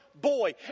boy